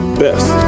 best